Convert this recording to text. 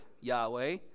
Yahweh